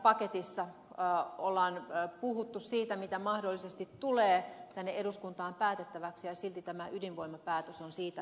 energiapaketissa on puhuttu siitä mitä mahdollisesti tulee tänne eduskuntaan päätettäväksi ja silti tämä ydinvoimapäätös on siitä irrallisena